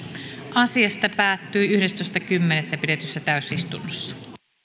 asiasta päättyi yhdestoista kymmenettä kaksituhattaseitsemäntoista pidetyssä täysistunnossa